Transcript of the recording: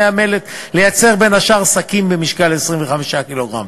המלט לייצר בין השאר שקים במשקל 25 קילוגרם.